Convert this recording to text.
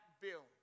bill